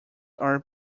are